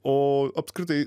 o apskritai